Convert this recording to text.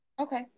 Okay